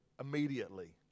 immediately